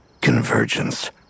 Convergence